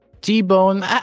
T-Bone